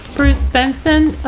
bruce benson,